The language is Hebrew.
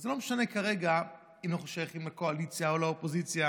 וזה לא משנה כרגע אם אנחנו שייכים לקואליציה או לאופוזיציה,